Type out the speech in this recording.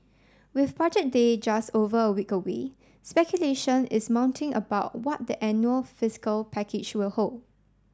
with Budget Day just over a week away speculation is mounting about what the annual fiscal package will hold